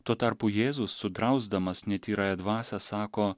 tuo tarpu jėzus sudrausdamas netyrąją dvasią sako